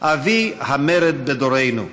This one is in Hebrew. אבי המרד בדורנו.